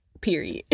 Period